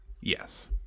Yes